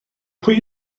pwy